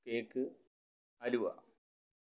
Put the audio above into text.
cake halwa